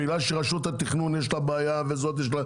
בגלל שלרשות התכנון יש בעיה ולזאת יש,